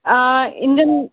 Indian